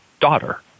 daughter